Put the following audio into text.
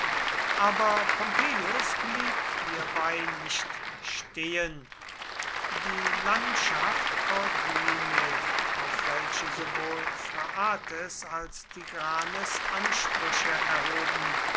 aber pompeius blieb hierbei nicht stehen die landschaft korduene auf welche sowohl phraates als tigranes ansprüche erhoben